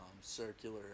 circular